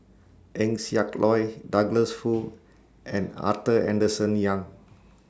Eng Siak Loy Douglas Foo and Arthur Henderson Young